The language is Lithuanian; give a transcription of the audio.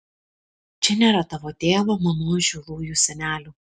čia nėra tavo tėvo mamos žilųjų senelių